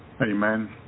Amen